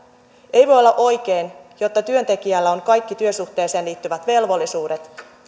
voi olla oikein että työntekijällä on kaikki työsuhteeseen liittyvät velvollisuudet